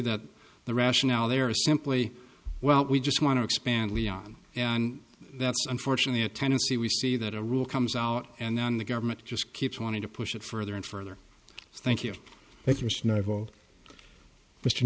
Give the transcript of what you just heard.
that the rationale there are simply well we just want to expand leon and that's unfortunately a tendency we see that a rule comes out and then the government just keeps wanting to push it further and further thank